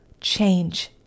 Change